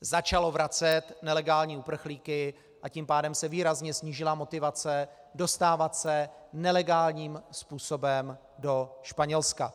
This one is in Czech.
Začalo vracet nelegální uprchlíky, a tím pádem se výrazně snížila motivace dostávat se nelegálním způsobem do Španělska.